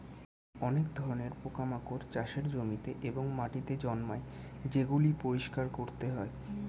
অনেক ধরণের পোকামাকড় চাষের জমিতে এবং মাটিতে জন্মায় যেগুলি পরিষ্কার করতে হয়